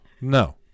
No